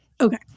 Okay